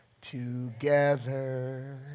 together